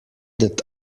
that